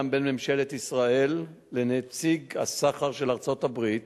בין ממשלת ישראל לנציג הסחר של ארצות-הברית